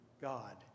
God